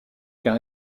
car